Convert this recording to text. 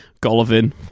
Golovin